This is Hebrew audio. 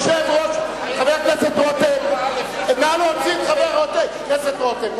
חבר הכנסת רותם, נא להוציא את חבר הכנסת רותם.